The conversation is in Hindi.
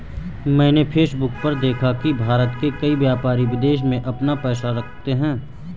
मैंने फेसबुक पर देखा की भारत के कई व्यापारी विदेश में अपना पैसा रखते हैं